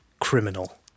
criminal